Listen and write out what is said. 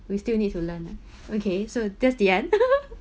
we still need to learn ah okay so that's the end